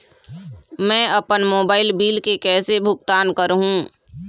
मैं अपन mobile bill के कैसे भुगतान कर हूं?